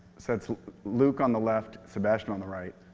so it's luke on the left, sebastian on the right.